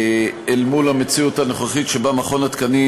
אל מול המציאות הנוכחית שבה מכון התקנים